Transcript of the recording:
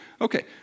Okay